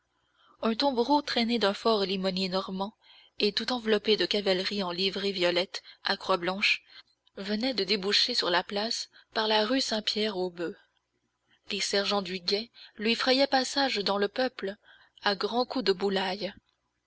un tombereau traîné d'un fort limonier normand et tout enveloppé de cavalerie en livrée violette à croix blanches venait de déboucher sur la place par la rue saint pierre aux boeufs les sergents du guet lui frayaient passage dans le peuple à grands coups de boullayes